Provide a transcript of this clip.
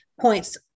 points